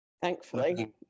Thankfully